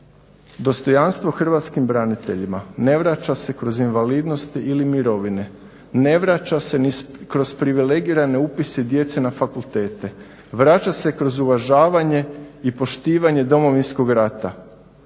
dostojanstvo hrvatskim braniteljima ne vraća se kroz invalidnost ili mirovine, ne vraća se ni kroz privilegirane upise djece na fakultete, vraća se kroz uvažavanje i poštivanje Domovinskog rata.